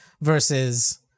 versus